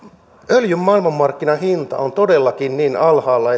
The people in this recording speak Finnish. öljyn maailmanmarkkinahinta on todellakin niin alhaalla